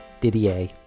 Didier